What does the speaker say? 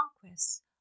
conquest